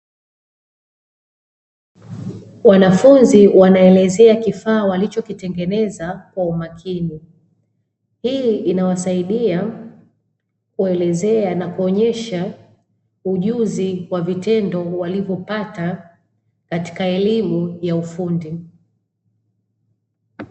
Wanafunzi wanaelezea kifaa walichokitengeneza kwa umakini hii inawasaidia kuelezea na kuonesha ujuzi wa vitendo walivopata katika elimu ya ufundi.